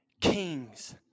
kings